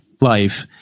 life